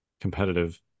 competitive